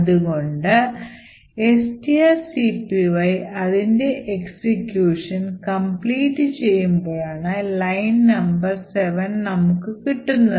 അതുകൊണ്ട് strcpy അതിൻറെ execution complete ചെയ്യുമ്പോഴാണ് ലൈൻ നമ്പർ 7 നമ്മൾക്ക് കിട്ടുന്നത്